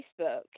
facebook